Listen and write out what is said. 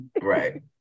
right